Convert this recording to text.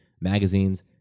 magazines